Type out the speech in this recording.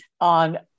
on